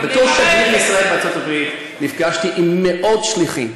בתור שגריר ישראל בארצות הברית נפגשתי עם מאות שליחים,